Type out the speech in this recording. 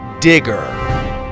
Digger